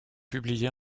publiée